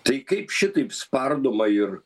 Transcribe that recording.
tai kaip šitaip spardoma ir